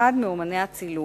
כאחד מאמני הצילום.